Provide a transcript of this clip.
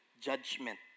judgment